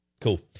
Cool